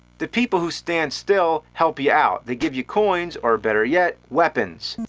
the people who stand still, help you out. they give you coins or better yet weapons.